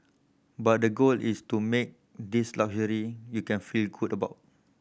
but the goal is to make this luxury you can feel good about